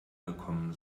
gekommen